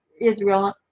Israel